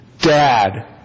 Dad